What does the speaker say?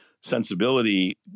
sensibility